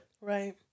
Right